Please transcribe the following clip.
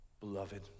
Beloved